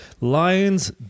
Lions